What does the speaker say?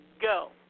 go